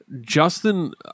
Justin